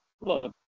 look